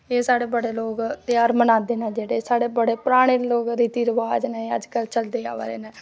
एह् साढ़ै बड़े लोग ध्याहर मनांदे नै जेह्ड़े साढ़ै बड़े पराने लोग रिति रिवाज नै अज कल्ल चलदे अवा दे नै